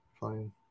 Fine